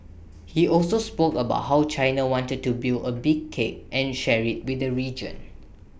he also spoke about how China wanted to build A big cake and share IT with the region